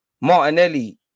Martinelli